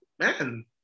man